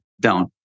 down